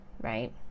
right